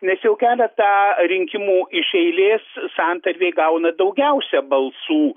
nes jau keletą rinkimų iš eilės santarvė gauna daugiausia balsų